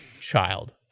child